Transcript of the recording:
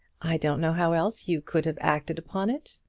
i don't know how else you could have acted upon it.